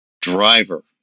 driver